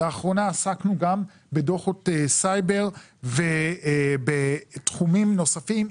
לאחרונה עסקנו גם בדוחות סייבר בתחומים נוספים,